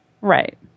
Right